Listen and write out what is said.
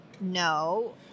no